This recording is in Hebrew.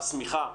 השמיכה,